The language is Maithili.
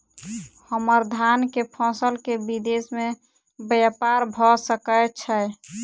हम्मर धान केँ फसल केँ विदेश मे ब्यपार भऽ सकै छै?